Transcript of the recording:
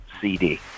cd